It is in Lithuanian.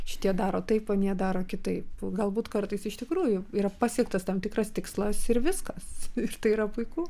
šitie daro taip anie daro kitaip galbūt kartais iš tikrųjų yra pasiektas tam tikras tikslas ir viskas ir tai yra puiku